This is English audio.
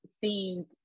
seemed